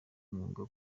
umwuga